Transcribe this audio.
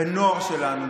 בנוער שלנו,